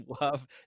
love